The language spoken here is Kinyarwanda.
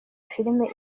filime